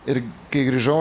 ir kai grįžau